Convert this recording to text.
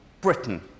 britain